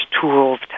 tools